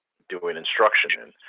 doing instruction in.